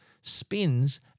spins